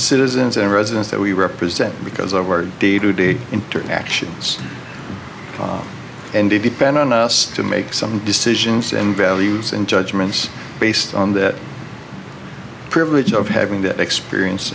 citizens and residents that we represent because of our day to day interactions and depend on us to make some decisions and values in judgments based on that privilege of having that experience